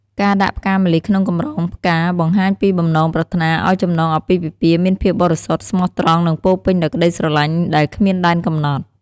ការដាក់ផ្កាម្លិះក្នុងកម្រងផ្កាបង្ហាញពីបំណងប្រាថ្នាឱ្យចំណងអាពាហ៍ពិពាហ៍មានភាពបរិសុទ្ធ ស្មោះត្រង់ និងពោរពេញដោយក្តីស្រឡាញ់ដែលគ្មានដែនកំណត់។